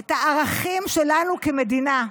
את הערכים שלנו כמדינה.